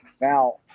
Now